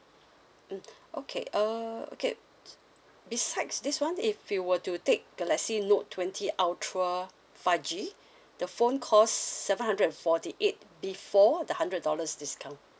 mm okay uh okay besides this [one] if you were to take galaxy note twenty ultra five G the phone cost seven hundred and forty eight before the hundred dollars discount